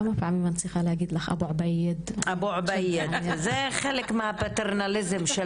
האמת היא, שאלתי את עצמי, איזה מיליון פעמים בדרך